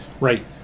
right